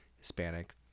Hispanic